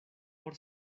por